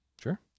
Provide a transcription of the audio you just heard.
Sure